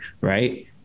Right